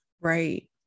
Right